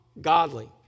godly